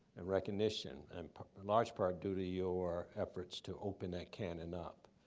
and recognition, um in large part due to your efforts to open that cannon up.